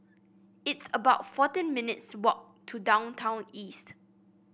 it's about fourteen minutes' walk to Downtown East